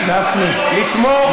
אני חושב שאתם יכולים,